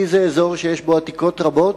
כי זה אזור שיש בו עתיקות רבות.